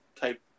type